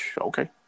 okay